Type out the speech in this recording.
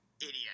idiot